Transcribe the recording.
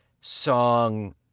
song